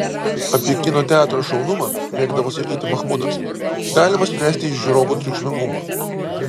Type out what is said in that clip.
apie kino teatro šaunumą mėgdavo sakyti mahmudas galima spręsti iš žiūrovų triukšmingumo